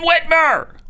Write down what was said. Whitmer